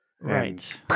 Right